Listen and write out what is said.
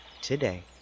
today